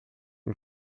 und